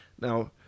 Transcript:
Now